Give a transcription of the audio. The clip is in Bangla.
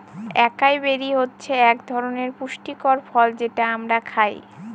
একাই বেরি হচ্ছে এক ধরনের পুষ্টিকর ফল যেটা আমরা খায়